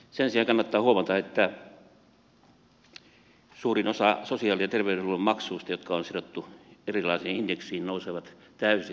sen sijaan kannattaa huomata että suurin osa sosiaali ja terveydenhuollon maksuista jotka on sidottu erilaisiin indekseihin nousee täysimääräisesti